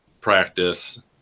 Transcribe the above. practice